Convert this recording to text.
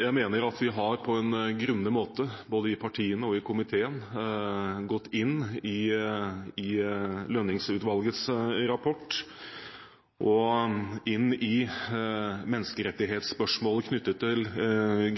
Jeg mener at vi på en grundig måte, både i partiene og i komiteen, har gått inn i Lønning-utvalgets rapport og inn i menneskerettighetsspørsmålet knyttet til